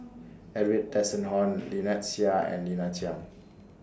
Edwin Tessensohn Lynnette Seah and Lina Chiam